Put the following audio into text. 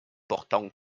portant